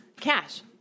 Cash